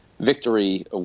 victory